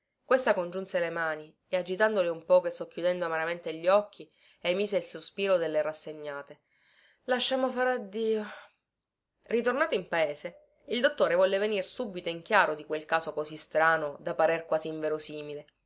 congiunse le mani e agitandole un poco e socchiudendo amaramente gli occhi emise il sospiro delle rassegnate lasciamo fare a dio ritornato in paese il dottore volle venir subito in chiaro di quel caso così strano da parer quasi inverosimile